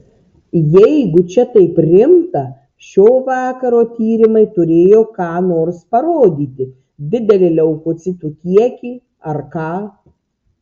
jeigu čia taip rimta šio vakaro tyrimai turėjo ką nors parodyti didelį leukocitų kiekį ar ką